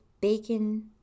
bacon